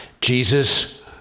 Jesus